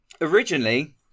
Originally